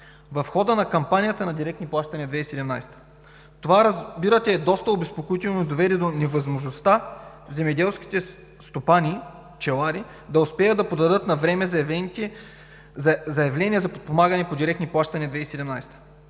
в хода на кампанията на директни плащания 2017 г. Това, разбирате, е доста обезпокоително и доведе до невъзможността земеделските стопани пчелари да успеят да подадат навреме заявления за подпомагане по директни плащания за 2017 г.